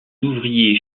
ouvrier